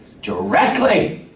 directly